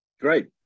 Great